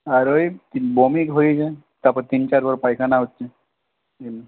আর ওই বমি হয়ে যায় তারপর তিন চারবার পায়খানা হচ্ছে হুম